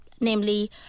namely